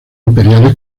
imperiales